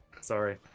Sorry